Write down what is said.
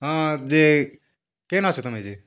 ହଁ ଯେ କେନ୍ ଅଛ ତମେ ଯେ